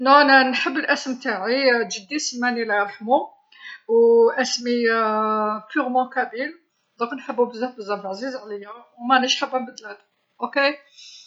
﻿نون، أنا نحب الأسم تاعي، جدي سماني الله يرحمو، و أسمي بيرمون كابيل، دونك نحبو بزاف بزاف، عزيز عليا ومانيش حابه نبدلو، اوكي؟